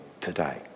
today